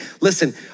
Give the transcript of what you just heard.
listen